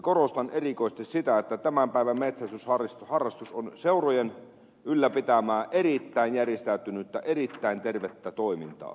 korostan erikoisesti sitä että tämän päivän metsästysharrastus on seurojen ylläpitämää erittäin järjestäytynyttä erittäin tervettä toimintaa